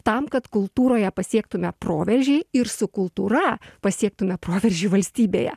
tam kad kultūroje pasiektume proveržį ir su kultūra pasiektume proveržį valstybėje